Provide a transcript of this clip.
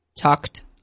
talked